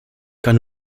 kann